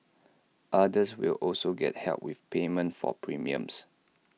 others will also get help with payment for premiums